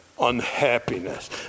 unhappiness